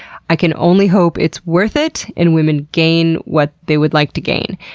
i can only hope it's worth it and women gain what they would like to gain.